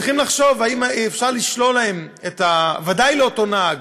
צריכים לחשוב אם אפשר לשלול להם, ודאי לאותו נהג,